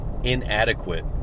inadequate